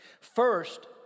First